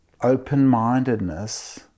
open-mindedness